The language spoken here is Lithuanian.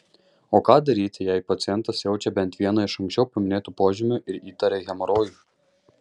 o ką daryti jei pacientas jaučia bent vieną iš anksčiau paminėtų požymių ir įtaria hemorojų